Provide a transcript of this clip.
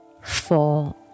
four